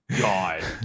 God